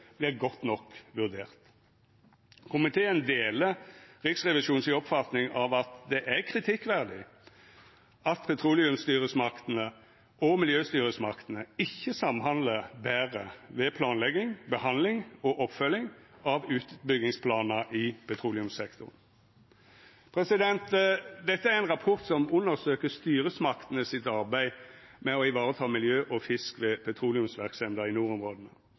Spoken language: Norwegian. godt nok vurderte. Komiteen deler Riksrevisjonens oppfatning av at det er kritikkverdig at petroleumsstyresmaktene og miljøstyresmaktene ikkje samhandlar betre ved planlegging, behandling og oppfølging av utbyggingsplanar i petroleumssektoren. Dette er ein rapport som undersøkjer styresmaktene sitt arbeid med å vareta miljø og fisk ved petroleumsverksemda i nordområda.